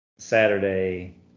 Saturday